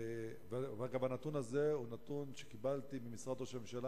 וגם הנתון הזה הוא נתון שקיבלתי ממשרד ראש הממשלה,